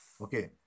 Okay